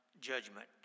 judgment